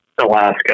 Alaska